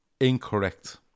Incorrect